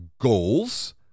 goals